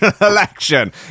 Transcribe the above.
election